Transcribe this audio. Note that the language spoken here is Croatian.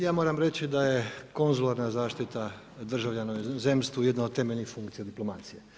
Ja moram reći da je konzularna zaštita državljana u inozemstvu jedna od temeljnih funkcija diplomacije.